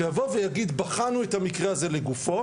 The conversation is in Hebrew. שיבואו ויגיד בחנו את המקרה הזה לגופו